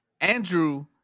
Andrew